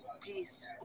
Peace